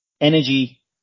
energy